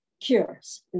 cures